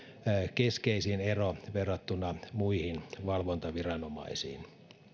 keskeisin ero verrattuna muihin valvontaviranomaisiin